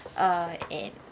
uh and